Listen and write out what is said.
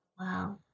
wow